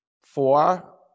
four